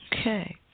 Okay